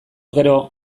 gero